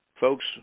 Folks